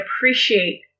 appreciate